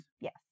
Yes